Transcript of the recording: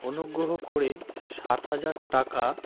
অনুগ্রহ করে সাত হাজার টাকা